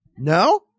No